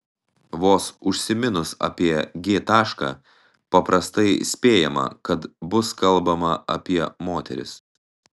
vos užsiminus apie g tašką paprastai spėjama kad bus kalbama apie moteris